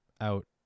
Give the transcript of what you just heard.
out